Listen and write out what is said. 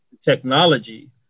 technology